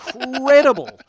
incredible